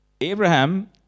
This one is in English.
Abraham